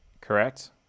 Correct